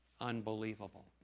unbelievable